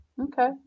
Okay